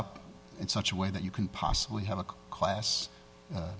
up in such a way that you can possibly have a class